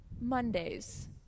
Mondays